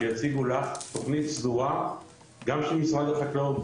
שיציגו לך תוכנית סדורה גם של משרד החקלאות,